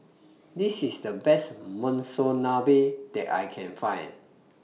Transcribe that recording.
This IS The Best Monsunabe that I Can Find